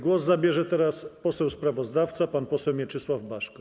Głos zabierze teraz poseł sprawozdawca pan poseł Mieczysław Baszko.